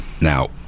Now